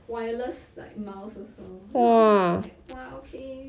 wireless like mouse also then I was like !wah! okay